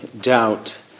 doubt